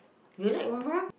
you like Umrah